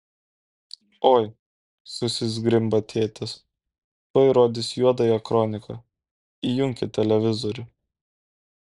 oi susizgrimba tėtis tuoj rodys juodąją kroniką įjunkit televizorių